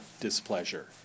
displeasure